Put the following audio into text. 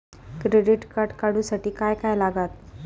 Credit card काढूसाठी काय काय लागत?